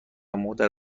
مادر